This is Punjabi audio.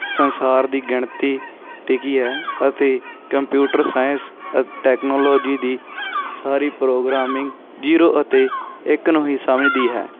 ਸੰਸਾਰ ਦੀ ਗਿਣਤੀ ਟਿਕੀ ਹੈ ਅਤੇ ਕੰਪਿਊਟਰ ਸਾਇੰਸ ਟੈਕਨੋਲੋਜੀ ਦੀ ਸਾਰੀ ਪ੍ਰੋਗਰਾਮਿੰਗ ਜੀਰੋ ਅਤੇ ਇੱਕ ਨੂੰ ਹੀ ਸਮਝਦੀ ਹੈ